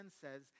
says